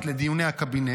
לדיוני הקבינט,